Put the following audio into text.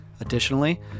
Additionally